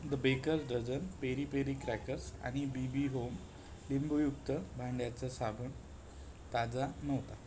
the baker dozen peri peri crackers आणि B B home लिंबूयुक्त भांड्याचा साबण ताजा नव्हता